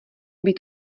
být